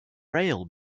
rail